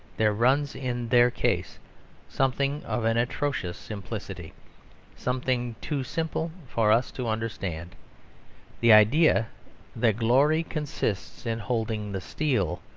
there runs in their case something of an atrocious simplicity something too simple for us to understand the idea that glory consists in holding the steel,